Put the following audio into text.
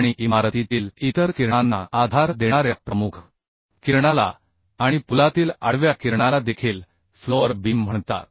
आणि इमारतीतील इतर किरणांना आधार देणाऱ्या प्रमुख किरणाला आणि पुलातील आडव्या किरणाला देखील फ्लोअर बीम म्हणतात